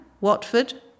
Watford